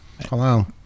Hello